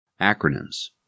Acronyms